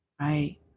right